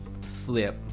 Slip